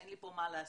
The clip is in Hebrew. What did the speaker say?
אין לי פה מה להסתיר,